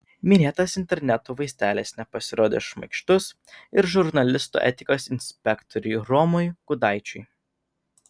minėtas interneto vaizdelis nepasirodė šmaikštus ir žurnalistų etikos inspektoriui romui gudaičiui